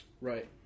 right